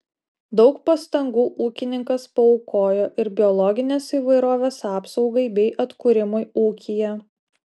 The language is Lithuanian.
daug pastangų ūkininkas paaukojo ir biologinės įvairovės apsaugai bei atkūrimui ūkyje